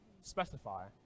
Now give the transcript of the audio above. specify